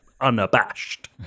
unabashed